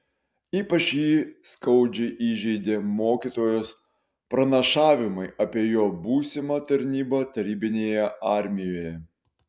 ypač jį skaudžiai įžeidė mokytojos pranašavimai apie jo būsimą tarnybą tarybinėje armijoje